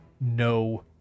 no